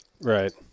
Right